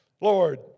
Lord